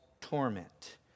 torment